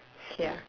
ya